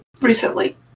recently